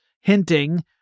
hinting